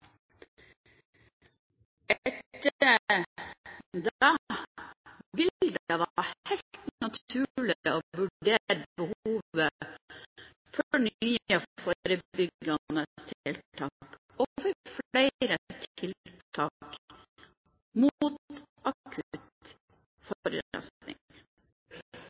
Etter det vil det være helt naturlig å vurdere behovet for nye forebyggende tiltak og for flere tiltak mot akutt